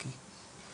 אוקיי.